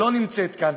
שלא נמצאת כאן,